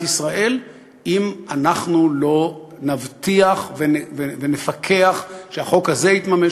ישראל אם אנחנו לא נבטיח ונפקח שהחוק הזה יתממש,